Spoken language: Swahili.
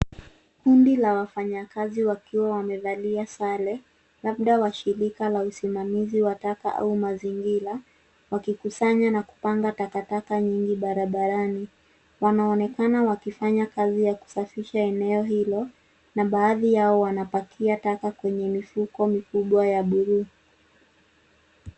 Kundi la wafanyakazi wakiwa wamevalia sare, labda wa shirika la usimamizi wa taka au mazingira, wakikusanya na kupanga takataka nyingi barabarani. Wanaonekana wakifanya kazi ya kusafisha eneo hilo na baadhi yao wanapakia taka kwenye mifuko mikubwa ya buluu.